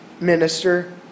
minister